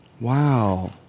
Wow